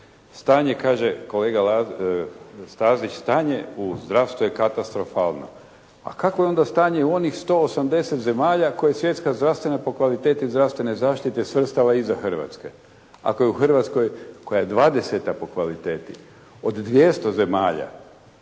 stanje. Kaže kolega Stazić, stanje u zdravstvu je katastrofalno. A kakvo je onda stanje u onih 180 zemalja koje svjetska zdravstvena po kvaliteti zdravstvene zaštite svrstava iza Hrvatske, ako je u Hrvatskoj koja je 20. po kvaliteti od 200 zemalja,